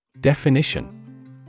Definition